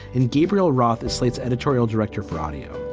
and gabriel roth is slate's editorial director for audio.